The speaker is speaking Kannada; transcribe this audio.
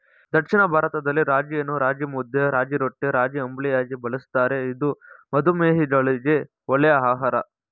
ದಕ್ಷಿಣ ಭಾರತದಲ್ಲಿ ರಾಗಿಯನ್ನು ರಾಗಿಮುದ್ದೆ, ರಾಗಿರೊಟ್ಟಿ, ರಾಗಿಅಂಬಲಿಯಾಗಿ ಬಳ್ಸತ್ತರೆ ಇದು ಮಧುಮೇಹಿಗಳಿಗೆ ಒಳ್ಳೆ ಆಹಾರ